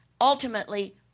Ultimately